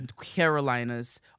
Carolinas